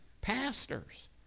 pastors